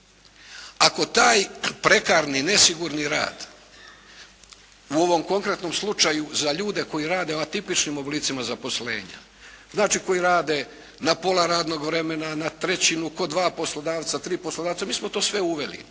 Ako taj prekarni nesigurni rad u ovom konkretnom slučaju za ljude koji rade u atipičnim oblicima zaposlenja, znači koji rade na pola radnog vremena, na trećinu, kod dva poslodavca, kod tri poslodavca, mi smo to sve uveli.